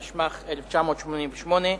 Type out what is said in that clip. התשמ"ח 1988,